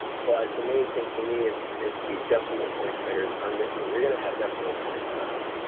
but the main thing for me is, is the decimal points that are are missing. you're going to have decimal points on,